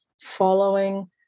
following